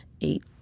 eight